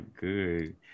good